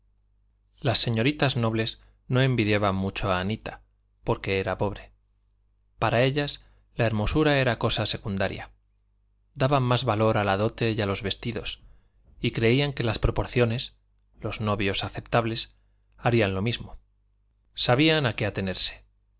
las señoritas nobles no envidiaban mucho a anita porque era pobre para ellas la hermosura era cosa secundaria daban más valor a la dote y a los vestidos y creían que las proporciones los novios aceptables harían lo mismo sabían a qué atenerse